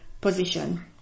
position